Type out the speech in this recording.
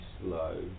slow